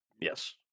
Yes